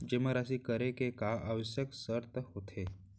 जेमा राशि करे के का आवश्यक शर्त होथे?